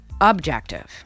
objective